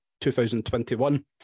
2021